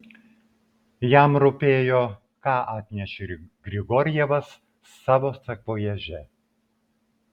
jam rūpėjo ką atnešė grigorjevas savo sakvojaže